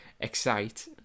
excite